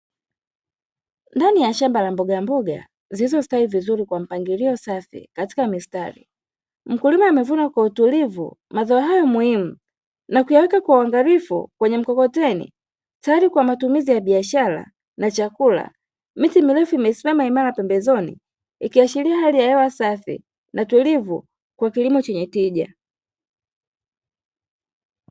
Ndani ya shamba la mbogamboga zilizostahili vizuri kwa mpangilio l safi katika mistari, mkulima amevuna kwa utulivu mazao hayo muhimu na kuyaweka kwa uangalifu kwenye mkokoteni, tayari kwa matumizi ya biashara na chakula, miti mirefu imesimama imara pembezoni, ikiashiria hali ya hewa safi na tulivu kwa kilimo chenye tija.